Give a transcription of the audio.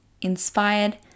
inspired